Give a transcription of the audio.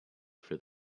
for